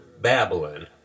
Babylon